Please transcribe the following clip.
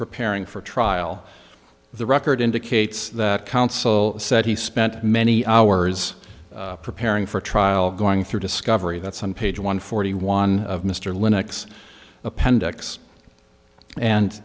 preparing for trial the record indicates that counsel said he spent many hours preparing for trial going through discovery that some page one forty one of mr linux appendix and